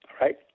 right